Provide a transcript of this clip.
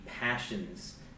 passions